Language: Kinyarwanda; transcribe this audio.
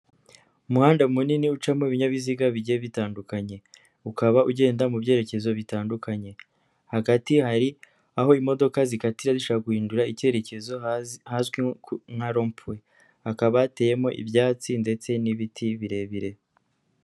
Umuhanda munini ucamo ibinyabiziga bigiye bitandukanye, ukaba ugenda mu byerekezo bitandukanye. Hagati hari aho imodoka zikatira zishaka guhindura icyerekezo ahazwi nka lompuwe, hakaba hateyemo ibyatsi ndetse n'ibiti birebire.